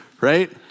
right